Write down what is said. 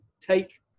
take